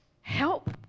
help